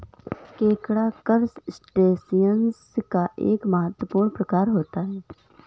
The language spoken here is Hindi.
केकड़ा करसटेशिंयस का एक महत्वपूर्ण प्रकार होता है